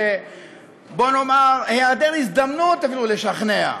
של בוא נאמר, היעדר הזדמנות אפילו לשכנע.